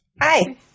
Hi